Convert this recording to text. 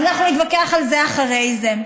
נתווכח על זה אחרי זה.